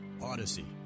Odyssey